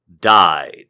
died